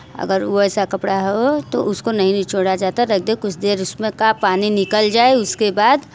अगर वैसा कपड़ा हो तो उसको नहीं निचोड़ा जाता रख दें कुछ देर उसमें का पानी निकल जाए उसके बाद